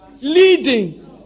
Leading